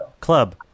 Club